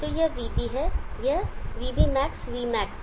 तो यह vB है यह vBmax vmax है